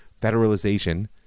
federalization